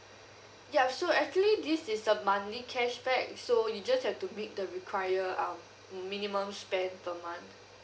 ya so actually this is the monthly cashback so you just have to make the require um minimum spend a month